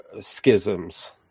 schisms